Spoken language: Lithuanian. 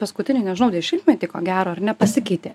paskutinį nežinau dešimtmetį ko gero ar ne pasikeitė